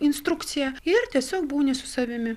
instrukciją ir tiesiog būni su savimi